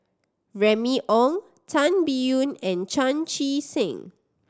Remy Ong Tan Biyun and Chan Chee Seng